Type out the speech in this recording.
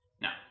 Now